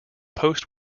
post